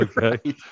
okay